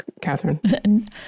Catherine